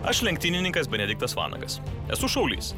aš lenktynininkas benediktas vanagas esu šaulys